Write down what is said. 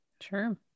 sure